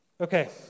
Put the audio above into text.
Okay